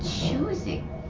choosing